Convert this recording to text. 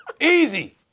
Easy